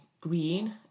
green